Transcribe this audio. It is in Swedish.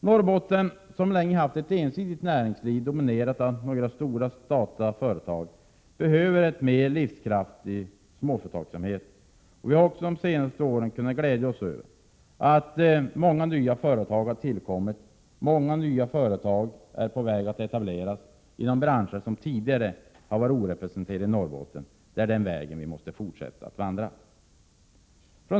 Norrbotten, som länge har haft ett ensidigt näringsliv dominerat av några stora statliga företag, behöver en livskraftig småföretagsamhet. Vi har under de senaste åren kunnat glädja oss åt att många nya företag har tillkommit och att många nya företag är på väg att etableras inom branscher som tidigare inte varit representerade i Norrbotten. Det är den väg som vi måste fortsätta att vandra.